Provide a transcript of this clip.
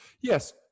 Yes